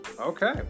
okay